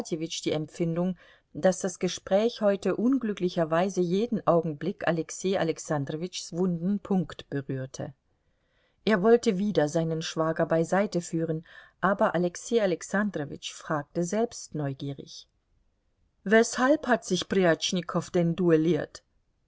die empfindung daß das gespräch heute unglücklicherweise jeden augenblick alexei alexandrowitschs wunden punkt berührte er wollte wieder seinen schwager beiseite führen aber alexei alexandrowitsch fragte selbst neugierig weshalb hat sich prjatschnikow denn duelliert